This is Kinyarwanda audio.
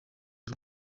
z’u